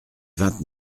vingt